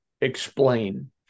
explain